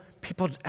people